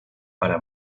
para